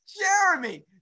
Jeremy